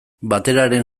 bateraren